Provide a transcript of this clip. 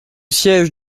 siège